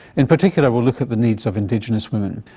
in particular, we'll look at the needs of indigenous women.